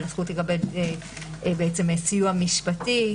והזכות לקבל סיוע משפטי,